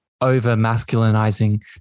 over-masculinizing